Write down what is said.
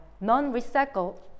non-recycled